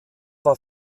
war